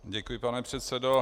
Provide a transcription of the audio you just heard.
Děkuji, pane předsedo.